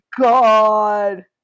God